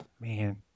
Man